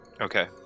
Okay